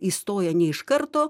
įstojo ne iš karto